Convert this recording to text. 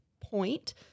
point